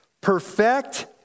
perfect